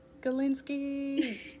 Galinsky